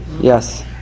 Yes